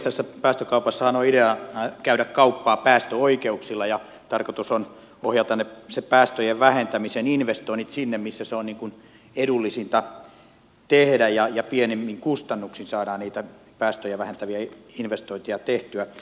tässä päästökaupassahan on ideana käydä kauppaa päästöoikeuksilla ja tarkoitus on ohjata päästöjen vähentämisen investoinnit sinne missä se on edullisinta tehdä ja pienimmin kustannuksin saadaan niitä päästöjä vähentäviä investointeja tehtyä